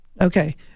Okay